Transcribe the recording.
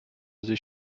sich